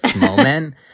moment